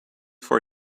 for